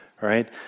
right